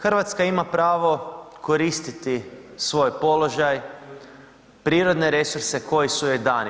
Hrvatska ima pravo koristiti svoj položaj, prirodne resurse koji su joj dani.